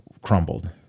crumbled